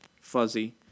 fuzzy